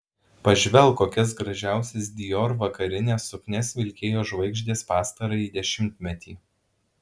pažvelk kokias gražiausias dior vakarines suknias vilkėjo žvaigždės pastarąjį dešimtmetį